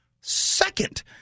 second